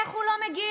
איך הוא לא מגיע